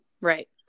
Right